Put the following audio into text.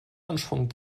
anschwung